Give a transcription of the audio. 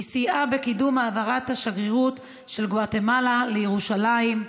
היא סייעה בקידום העברת השגרירות של גואטמלה לירושלים.